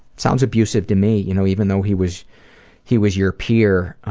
sounds abusive to me, you know even though he was he was your peer,